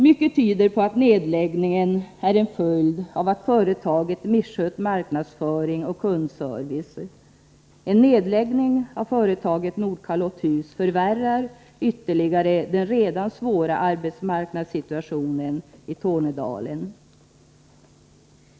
Mycket tyder på att nedläggningen är en följd av att företaget misskött marknadsföring och kundservice. En nedläggning av företaget Nordkalotthus förvärrar ytterligare den redan svåra arbetsmarknadssituationen i Tornedalen.